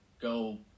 go